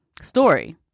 story